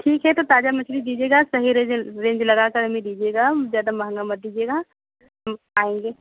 ठीक है तो ताजा मछली दीजिएगा सही रेंज लगाकर हमें दीजिएगा ज़्यादा महँगा मत दीजिएगा हम आएँगे